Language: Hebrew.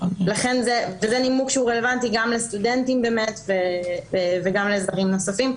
זה נימוק שהוא רלוונטי גם לסטודנטים וגם לאזרחים נוספים,